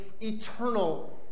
eternal